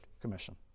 Commission